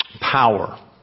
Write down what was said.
power